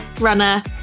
runner